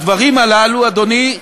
הדברים הללו, אדוני,